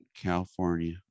California